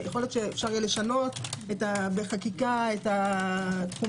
יכול להיות שאפשר יהיה לשנות בחקיקה את התחומים.